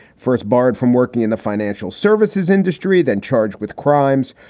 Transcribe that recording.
first barred from working in the financial services industry, then charged with crimes.